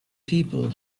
people